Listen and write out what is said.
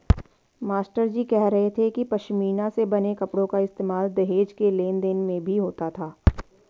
मास्टरजी कह रहे थे कि पशमीना से बने कपड़ों का इस्तेमाल दहेज के लेन देन में भी होता था